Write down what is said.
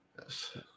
Yes